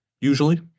usually